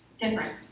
different